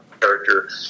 character